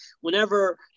whenever